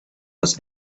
was